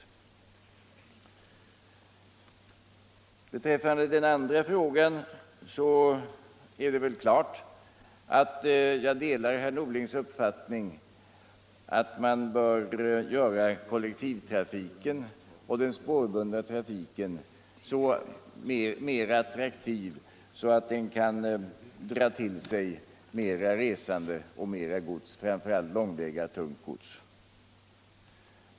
Vad beträffar den andra frågan är det klart att jag delar herr Norlings uppfattning att man bör göra kollektivtrafiken och den spårbundna trafiken så attraktiv att den kan dra till sig fler resande och mer gods, framför allt långväga tungt gods.